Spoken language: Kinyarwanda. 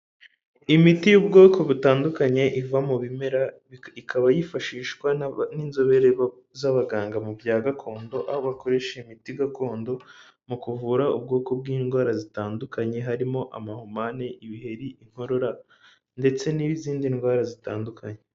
Imiti y'ubwoko butandukanye iva mu bimera, ikaba yifashishwa n'inzobere z'abaganga mu bya gakondo, aho bakoresha imiti gakondo mu kuvura ubwoko bw'indwara zitandukanye harimo amahumane, ibiheri, inkorora ndetse n'izindi ndwara zitandukanye.